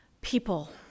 people